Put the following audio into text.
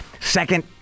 Second